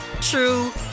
true